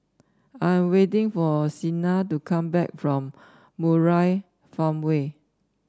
I am waiting for Sina to come back from Murai Farmway